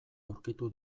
aurkitu